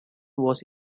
was